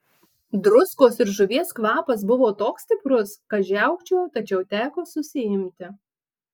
druskos ir žuvies kvapas buvo toks stiprus kad žiaukčiojau tačiau teko susiimti